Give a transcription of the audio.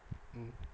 mm